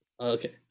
Okay